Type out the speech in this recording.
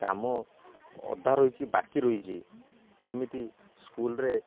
କାମ ଅଧା ରହିଛି ବାକି ରହିଛି ଯେମିତି ସ୍କୁଲ୍ରେ